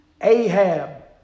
Ahab